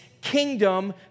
kingdom